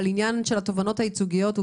אבל עניין התובענות הייצוגיות הוא